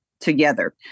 together